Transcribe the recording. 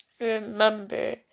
remember